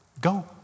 Go